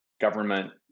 government